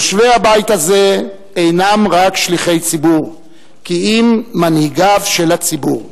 יושבי הבית הזה אינם רק שליחי ציבור כי אם מנהיגיו של הציבור.